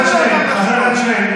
הזמן הסתיים,